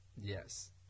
Yes